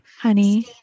Honey